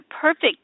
perfect